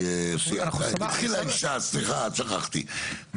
סליחה שכחתי,